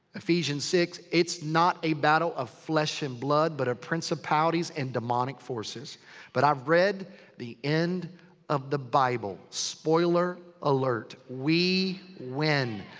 ephesians six, it's not a battle of flesh and blood. but of principalities and demonic forces but i've read the end of the bible. spoiler alert. we win.